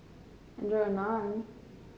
enjoy your Naan